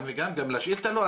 גם לשאילתה לא?